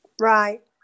Right